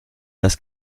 das